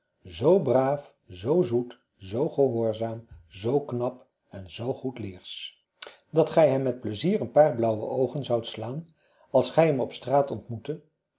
zoo braaf zoo zoet zoo gehoorzaam zoo knap en zoo goedleersch dat gij hem met pleizier een paar blauwe oogen zoudt slaan als gij hem op straat ontmoette